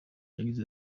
yagize